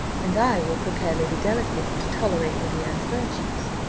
and i will prepare lady delacour to tolerate lady anne's virtues.